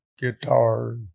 guitar